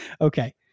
Okay